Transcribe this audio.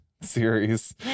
series